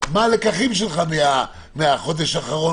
מה הלקחים שלך מהחודש האחרון,